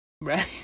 Right